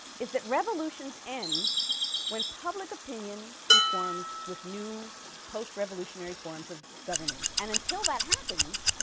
is that revolutions end when public opinion conforms with new post-revolutionary forms of governance, and until that happens,